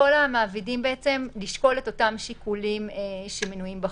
לשקול את אותם שיקולים שמנויים בחוק.